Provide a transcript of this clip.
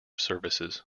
services